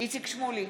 איציק שמולי,